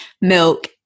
milk